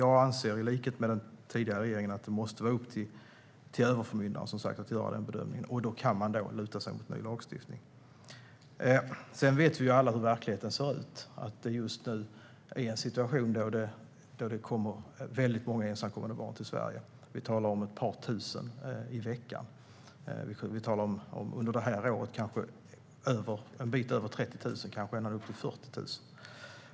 Jag anser, i likhet med den tidigare regeringen, att det måste vara upp till överförmyndaren att göra den bedömningen, och då kan man luta sig mot ny lagstiftning. Vi vet alla hur verkligheten ser ut. Vi har en situation där det kommer väldigt många ensamkommande barn till Sverige. Vi talar om ett par tusen i veckan, under det här året en bit över 30 000, kanske ända upp till 40 000.